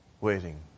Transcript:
waiting